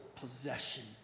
possession